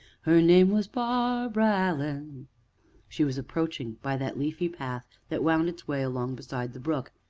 her name was barbara allen she was approaching by that leafy path that wound its way along beside the brook,